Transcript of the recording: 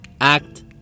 act